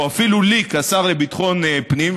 או אפילו לי כשר לביטחון פנים,